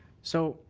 so,